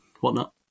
whatnot